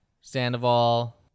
Sandoval